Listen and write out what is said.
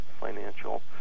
financial